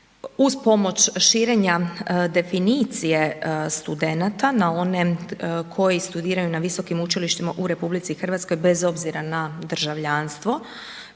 uz pomoć širenja definicije studenata na one koji studiraju na visokim učilištima u RH bez obzira na državljanstvo